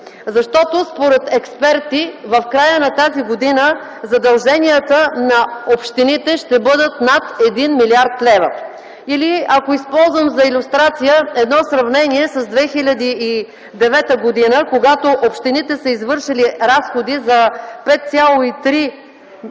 фалират. Според експерти в края на тази година задълженията на общините ще бъдат над един милиард лева. Ако използвам за илюстрация едно сравнение с 2009 г., когато общините са извършили разходи за 5,3 млрд.